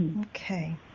Okay